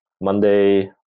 Monday